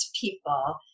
people